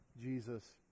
Jesus